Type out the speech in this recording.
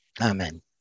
Amen